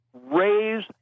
Raise